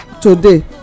today